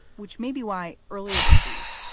which may be why. earlier this week,